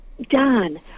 Don